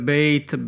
Bait